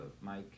Mike